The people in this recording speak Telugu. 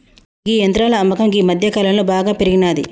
గీ యంత్రాల అమ్మకం గీ మధ్యకాలంలో బాగా పెరిగినాది